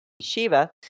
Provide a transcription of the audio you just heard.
Shiva